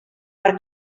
per